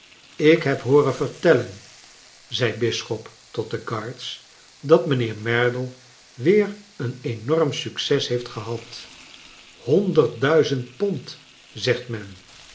ik heb hooren vertellen zei bisschop tot de guards dat mijnheer merdle weer een enorm succes heeft gehad honderd duizend pond zegt men